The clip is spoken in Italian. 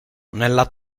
nella